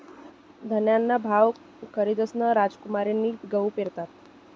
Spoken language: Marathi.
धान्यना भाव दखीसन रामकुमारनी गहू पेरात